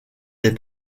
des